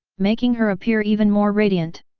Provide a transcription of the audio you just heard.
making her appear even more radiant.